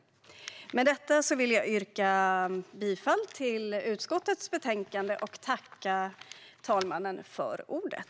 Med detta vill jag yrka bifall till utskottets förslag till beslut.